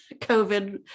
COVID